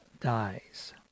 dies